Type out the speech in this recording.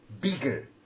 bigger